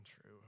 true